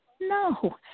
No